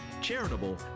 charitable